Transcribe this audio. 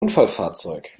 unfallfahrzeug